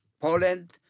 Poland